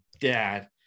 dad